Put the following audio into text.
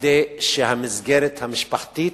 כדי שהמסגרת המשפחתית,